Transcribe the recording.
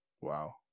Wow